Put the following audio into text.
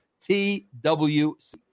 TWC